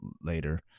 later